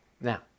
Now